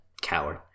coward